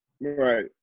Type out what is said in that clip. Right